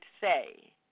say